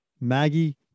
Maggie